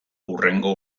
hurrengo